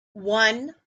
one